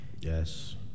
Yes